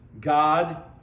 God